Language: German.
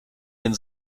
den